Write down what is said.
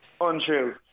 untrue